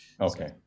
okay